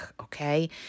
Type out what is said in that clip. okay